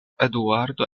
eduardo